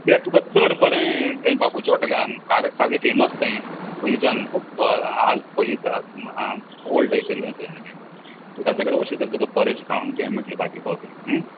कित्याक तुका चड बरें थंय बाबूचे हॉटेल आसा म्हारक सारकें फेमस तें पयलींच्यान खूब ओल्ड थंयसल्ले ते ताजे कडेन वचत जाल्यार बरे खावंक मेळटले भाजी पाव बी